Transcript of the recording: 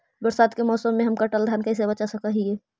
बरसात के मौसम में हम कटल धान कैसे बचा सक हिय?